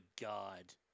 God